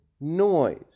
noise